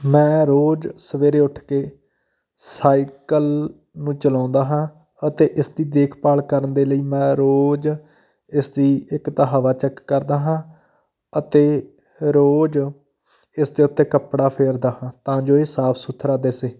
ਮੈਂ ਰੋਜ਼ ਸਵੇਰੇ ਉੱਠ ਕੇ ਸਾਈਕਲ ਨੂੰ ਚਲਾਉਂਦਾ ਹਾਂ ਅਤੇ ਇਸਦੀ ਦੇਖਭਾਲ ਕਰਨ ਦੇ ਲਈ ਮੈਂ ਰੋਜ਼ ਇਸ ਦੀ ਇੱਕ ਤਾਂ ਹਵਾ ਚੈੱਕ ਕਰਦਾ ਹਾਂ ਅਤੇ ਰੋਜ਼ ਇਸ ਦੇ ਉੱਤੇ ਕੱਪੜਾ ਫੇਰਦਾ ਹਾਂ ਤਾਂ ਜੋ ਇਹ ਸਾਫ਼ ਸੁਥਰਾ ਦਿਖੇ